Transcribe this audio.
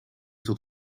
tot